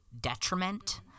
detriment